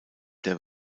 der